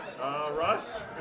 russ